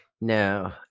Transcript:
No